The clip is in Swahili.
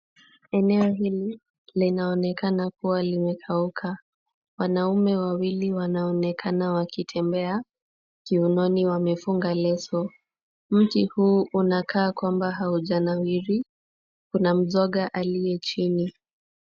Eneo hili linaonekana kuwa limekauka. Wanaume wawili wanaonekana wakitembea, kiunoni wamefunga leo. Mti huu unakaa kwamba hujanawiri. Kuna mzoga aliye chini.